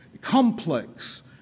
complex